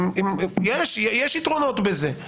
יש יתרונות בזה.